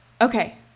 Okay